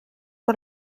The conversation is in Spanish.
por